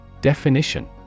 Definition